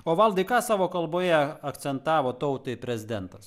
o valdai ką savo kalboje akcentavo tautai prezidentas